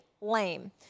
Lame